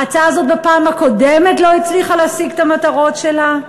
ההצעה הזאת בפעם הקודמת לא הצליחה להשיג את המטרות שלה,